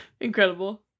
Incredible